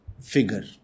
figure